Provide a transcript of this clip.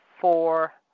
four